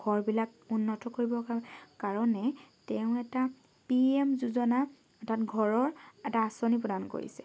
ঘৰবিলাক উন্নত কৰিবৰ কাৰ কাৰণে তেওঁ এটা পি এম যোজনা অৰ্থাৎ ঘৰৰ এটা আঁচনি প্ৰদান কৰিছে